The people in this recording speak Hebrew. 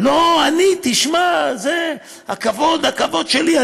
לא, אני, תשמע, זה הכבוד, הכבוד שלי.